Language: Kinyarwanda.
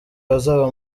bazaba